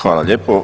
Hvala lijepo.